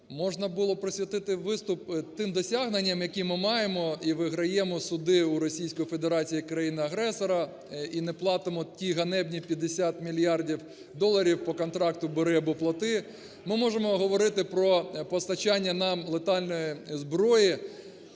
можна було б присвятити виступ тим досягненням, які ми маємо, і виграємо суди у Російської Федерації як країни-агресора, і не платимо ті ганебні 50 мільярдів доларів по контракту "бери або плати". Ми можемо говорити про постачання нам летальної зброї,